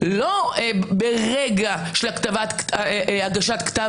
לא מדובר בראש ממשלה לכהן אלא אדם שנבחר לכנסת,